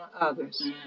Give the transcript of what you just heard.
others